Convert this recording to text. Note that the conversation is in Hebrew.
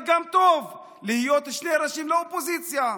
טוב שיהיו גם שני ראשים לאופוזיציה,